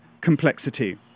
complexity